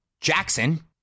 Jackson